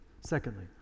Secondly